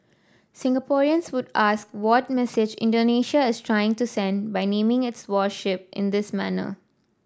Singaporeans would ask what message Indonesia is trying to send by naming its warship in this manner